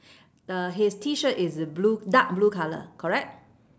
the his T-shirt is blue dark blue colour correct